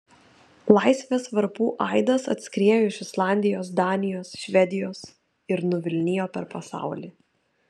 laisvės varpų aidas atskriejo iš islandijos danijos švedijos ir nuvilnijo per pasaulį